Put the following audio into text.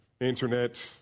internet